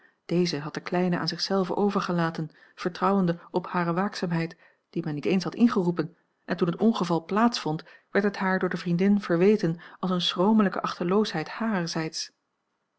deze had de kleine aan zich zelve overgelaten vertrouwende op hare waakzaamheid die men niet eens had ingeroepen en toen het ongeval plaats vond werd het haar door de vriendin verweten als eene schromelijke